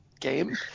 game